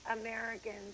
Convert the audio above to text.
americans